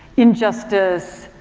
injustice,